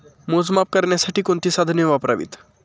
मोजमाप करण्यासाठी कोणती साधने वापरावीत?